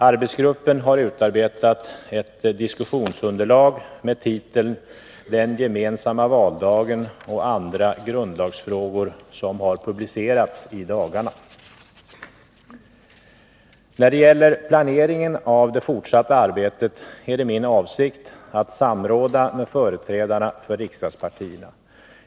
Arbetsgruppen har utarbetat ett diskussionsunderlag med titeln Den gemensamma valdagen och andra grundlagsfrågor, som har publicerats i dagarna. När det gäller planeringen av det fortsatta arbetet är det min avsikt att samråda med företrädarna för riksdagspartierna.